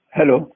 Hello